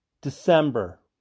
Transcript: December